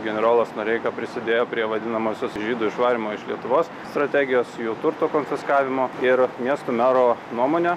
generolas noreika prisidėjo prie vadinamosios žydų išvarymo iš lietuvos strategijos jų turto konfiskavimo ir miesto mero nuomone